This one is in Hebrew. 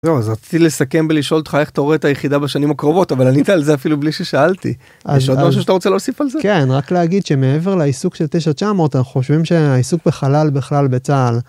אז רציתי לסכם ולשאול אותך איך אתה רואה את היחידה בשנים הקרובות אבל ענית על זה אפילו בלי ששאלתי.יש עוד משהו שאתה רוצה להוסיף על זה? כן רק להגיד שמעבר לעיסוק של 9900 אנחנו חושבים שהעיסוק בחלל בכלל בצהל.